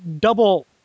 double